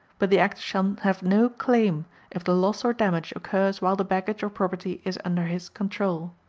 but the actor shall have no claim if the loss or damage occurs while the baggage or property is under his control.